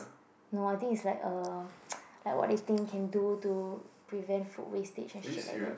no I think it's like a like what they think can do to prevent food wastage and shit like that